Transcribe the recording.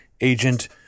agent